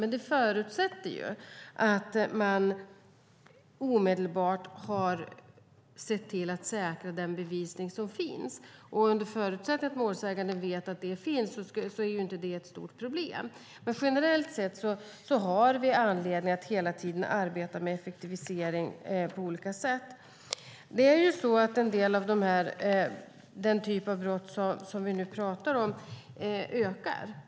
Men det förutsätter ju att man omedelbart har sett till att säkra den bevisning som finns, och under förutsättning att målsäganden vet att den finns är ju inte det ett stort problem. Men generellt sett har vi anledning att hela tiden arbeta med effektivisering på olika sätt. Det är ju så att en del av den typ av brott som vi nu pratar om ökar.